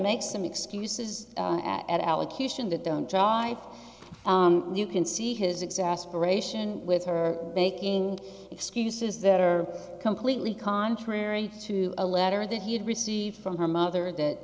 makes some excuses at allocution that don't drive you can see his exasperate with her making excuses that are completely contrary to a letter that he had received from her mother that